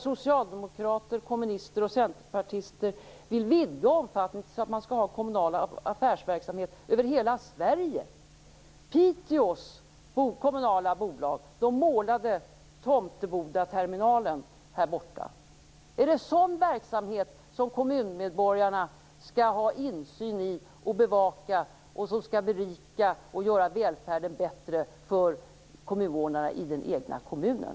Socialdemokrater, kommunister och centerpartister vill nu vidga omfattningen till att man skall ha kommunal affärsverksamhet över hela Sverige. Piteås kommunala bolag målade Tomtebodaterminalen här i Stockholm. Är det sådan verksamhet som kommunmedborgarna skall ha insyn i och bevaka och som skall berika och göra välfärden bättre för den egna kommunens invånare?